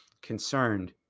concerned